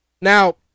Now